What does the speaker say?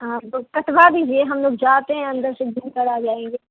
हाँ तो कटवा दीजिए हम लोग जाते हैं अंदर से घूम कर आ जाएंगे